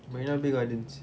marina bay gardens